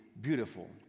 beautiful